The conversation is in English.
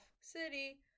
city